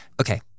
Okay